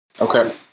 Okay